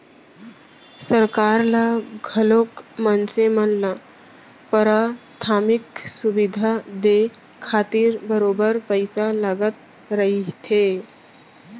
सरकार ल घलोक मनसे मन ल पराथमिक सुबिधा देय खातिर बरोबर पइसा लगत रहिथे